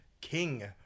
King